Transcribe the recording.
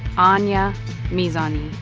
anya mizani